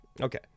Okay